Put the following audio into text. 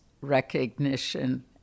recognition